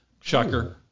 Shocker